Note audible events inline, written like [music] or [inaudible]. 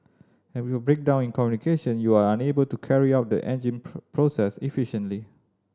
and with breakdown in communication you are unable to carry out the engine [unintelligible] process efficiently